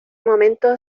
momento